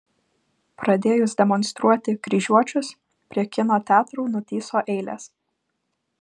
pradėjus demonstruoti kryžiuočius prie kino teatrų nutįso eilės